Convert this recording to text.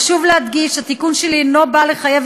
חשוב להדגיש שהתיקון שלי אינו בא לחייב